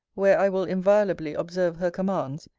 where i will inviolably observe her commands,